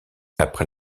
après